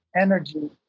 energy